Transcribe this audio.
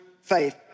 faith